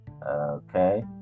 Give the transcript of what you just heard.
Okay